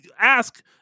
ask